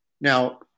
Now